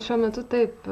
šiuo metu taip